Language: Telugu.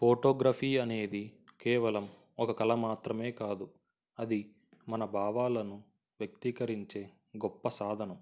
ఫోటోగ్రఫీ అనేది కేవలం ఒక కళ మాత్రమే కాదు అది మన భావాలను వ్యక్తీకరించే గొప్ప సాధనం